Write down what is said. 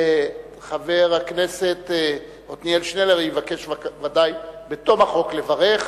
וחבר הכנסת עתניאל שנלר יבקש בוודאי בתום חקיקת החוק לברך,